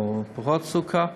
או פחות סוכר,